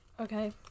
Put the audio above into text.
Okay